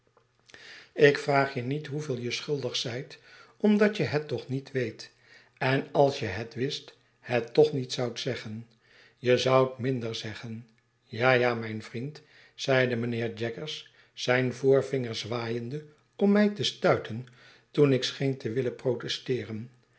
ik vraag je niet hoeveel je schuldig zijt omdat je het toch niet weet en als je het wist het toch niet zoudt zeggen je zoudt minder zeggen ja ja mijn vriend zeide mijnheer jaggers zijn voorvinger zwaaiende om mij te stuiten toen ik scheen te willen protesteeren